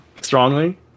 strongly